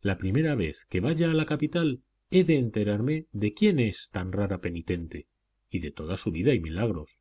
la primera vez que vaya a la capital he de enterarme de quién es tan rara penitente y de toda su vida y milagros